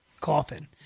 coffin